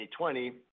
2020